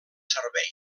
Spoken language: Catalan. servei